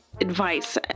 advice